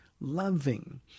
loving